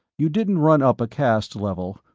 you didn't run up a caste level,